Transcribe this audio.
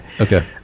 okay